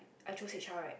I choose h_r right